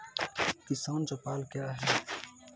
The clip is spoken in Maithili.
किसान चौपाल क्या हैं?